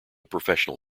professional